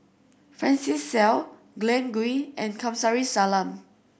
Francis Seow Glen Goei and Kamsari Salam